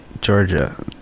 Georgia